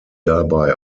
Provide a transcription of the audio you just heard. dabei